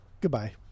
Goodbye